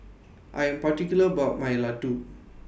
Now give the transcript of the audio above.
I Am particular about My Laddu